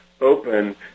open